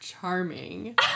charming